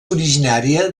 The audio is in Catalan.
originària